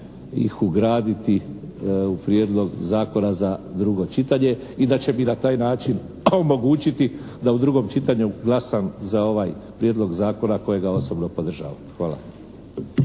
iz ugraditi u prijedlog zakona za drugo čitanje i da će mi na taj način omogućiti da u drugom čitanju glasam za ovaj Prijedlog zakona kojega osobno podržavam. Hvala.